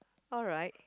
alright